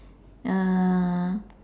uh